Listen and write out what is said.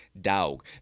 dog